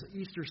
Easter